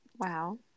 Wow